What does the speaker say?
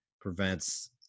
prevents